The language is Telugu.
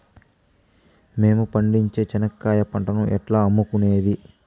మేము పండించే చెనక్కాయ పంటను ఎట్లా అమ్ముకునేది?